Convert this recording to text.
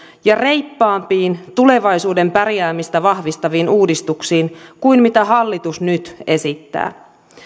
ja reippaampiin tulevaisuuden pärjäämistä vahvistaviin uudistuksiin kuin mitä hallitus nyt esittää